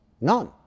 None